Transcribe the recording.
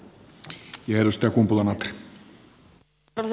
arvoisa puhemies